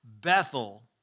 Bethel